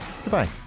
goodbye